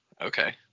okay